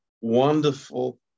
wonderful